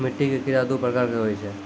मिट्टी के कीड़ा दू प्रकार के होय छै